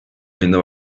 ayında